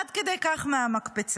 עד כדי כך מהמקפצה.